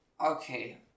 Okay